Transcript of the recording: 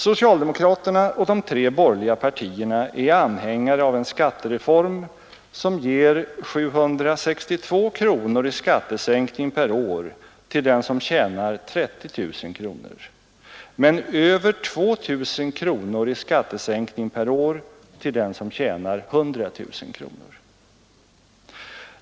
Socialdemokraterna och de tre borgerliga partierna är anhängare av en skattereform som ger 782 kronor i skattesänkning per år till den som tjänar 30 000 men över 2 000 i skattesänkning per år till den som tjänar 100 000.